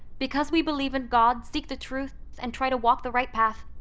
because we believe in god, seek the truth and try to walk the right path,